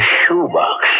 shoebox